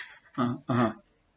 uh (uh huh)